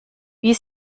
wie